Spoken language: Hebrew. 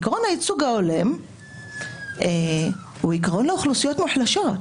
עקרון הייצוג ההולם הוא עקרון לאוכלוסיות מוחלשות,